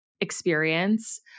experience